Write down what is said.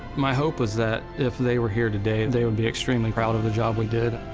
my hope was that if they were here today, they would be extremely proud of the job we did.